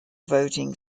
voting